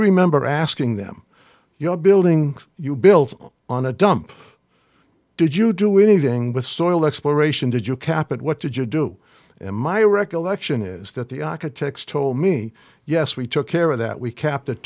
remember asking them you know a building you built on a dump did you do anything with soil exploration did you cap it what did you do to my recollection is that the architects told me yes we took care of that we kept